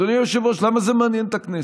אדוני היושב-ראש, למה זה מעניין את הכנסת?